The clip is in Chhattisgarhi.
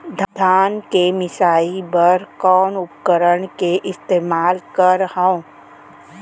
धान के मिसाई बर कोन उपकरण के इस्तेमाल करहव?